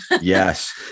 Yes